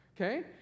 okay